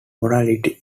morality